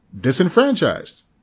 disenfranchised